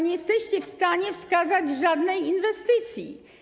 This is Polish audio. Nie jesteście w stanie wskazać żadnej takiej inwestycji.